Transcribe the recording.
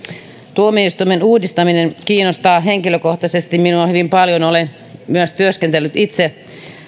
tuomioistuimien uudistaminen kiinnostaa henkilökohtaisesti minua hyvin paljon olen myös työskennellyt itse